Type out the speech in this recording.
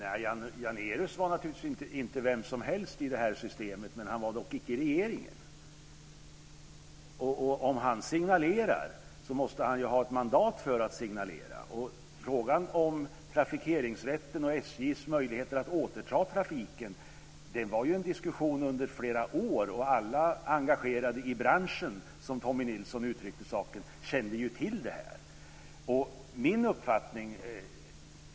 Herr talman! Nej, Janérus var naturligtvis inte vem som helst i det här systemet. Dock var han icke regeringen. Om han signalerar måste han ju ha ett mandat för att göra det. Frågan om trafikeringsrätten och SJ:s möjligheter att återta trafiken var föremål för en diskussion i flera år. Alla engagerade i branschen, som Tommy Nilsson uttryckte saken, kände till detta.